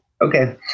okay